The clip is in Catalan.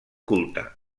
culte